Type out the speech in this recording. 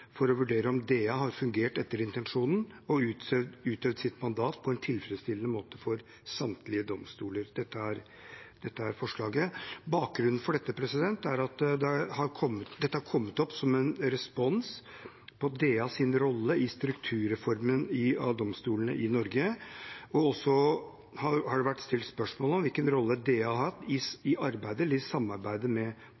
for samtlige domstoler.» Bakgrunnen for dette er at dette har kommet opp som en respons på DAs rolle i strukturreformen av domstolene i Norge, og så har det vært stilt spørsmål om hvilken rolle DA har hatt i